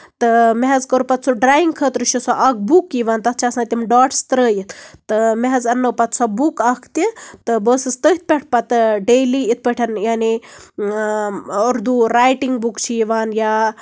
تہٕ مےٚ حظ کوٚر پَتہٕ سُہ ڈریِنگ خٲطرٕ چھُ سُہ اکھ بُک یِوان تَتھ چھِ آسان تِم ڈاٹٕس تٔرٲیِتھ تہٕ مےٚ حظ اَننٲو پَتہٕ سۄ بُک اکھ تہِ تہٕ بہٕ ٲسٕس تٔتھۍ پٮ۪ٹھ پَتہٕ ڈیلی یِتھ پٲٹھۍ یعنی اُردوٗ ریٹِنگ بُکٕس چھِ یِوان یا